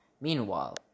Meanwhile